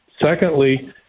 Secondly